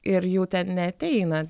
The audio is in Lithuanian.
ir jų ten neateina